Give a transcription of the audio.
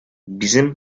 bizim